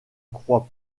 crois